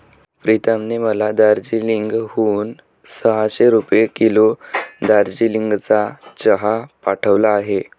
प्रीतमने मला दार्जिलिंग हून सहाशे रुपये किलो दार्जिलिंगचा चहा पाठवला आहे